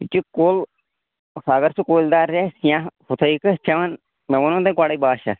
کہِ کُل اگر سُہ کُلۍ دار تہِ آسہِ یا ہُتھَے چٮ۪وان مےٚ ووٚنوُ تۄہہِ گۄڈَے بَہہ شَتھ